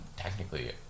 Technically